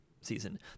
season